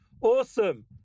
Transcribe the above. Awesome